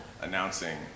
announcing